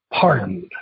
pardoned